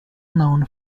known